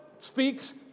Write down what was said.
speaks